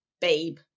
babe